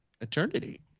eternity